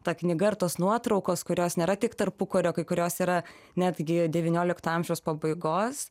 ta knyga ir tos nuotraukos kurios nėra tik tarpukario kai kurios yra netgi devyniolikto amžiaus pabaigos